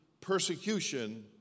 persecution